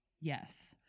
Yes